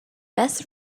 best